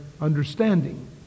understanding